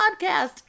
podcast